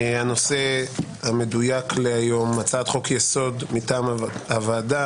הנושא המדויק להיום: הצעת חוק-יסוד מטעם הוועדה,